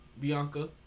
Bianca